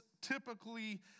typically